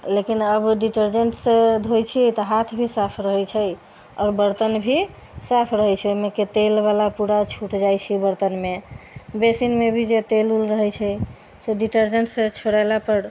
लेकिन अब डिटर्जेंटसँ धोइ छियै तऽ हाथ भी साफ रहै छै आओर बर्तन भी साफ रहै छै ओइमे के तेलवला पूरा छूटि जाइ छै बर्तनमे बेसिनमे भी जे तेल उल रहै छै से डिटर्जेंटसँ छोड़ेलापर